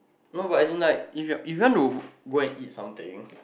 no but as in like if if you want to eat something